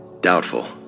Doubtful